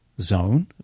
zone